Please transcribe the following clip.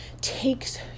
takes